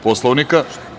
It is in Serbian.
Poslovnika?